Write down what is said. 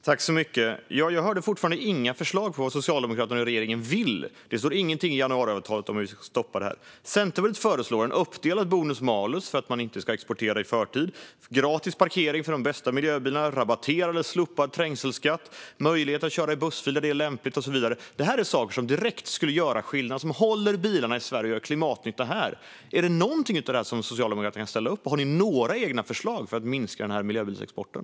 Fru talman! Jag hörde fortfarande inga förslag på vad Socialdemokraterna och regeringen vill. Det står ingenting i januariavtalet om hur vi ska stoppa detta. Centerpartiet föreslår en uppdelad bonus-malus för att man inte ska exportera i förtid, gratis parkering för de bästa miljöbilarna, rabatterad eller slopad trängselskatt, möjlighet att köra i bussfiler när det är lämpligt och så vidare. Det är saker som direkt skulle göra skillnad och som skulle hålla kvar bilarna i Sverige och göra klimatnytta här. Är det någonting av detta som Socialdemokraterna ställer upp på? Har ni några egna förslag för att minska miljöbilsexporten?